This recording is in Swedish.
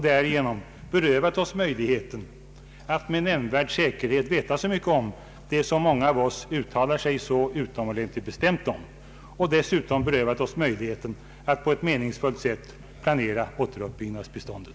Därigenom har vi berövats möjligheten att med nämnvärd säkerhet veta så mycket om det som många uttalar sig så utomordentligt bestämt om och dessutom minskat vår möjlighet att på ett meningsfullt sätt planera återuppbyggnadsbiståndet.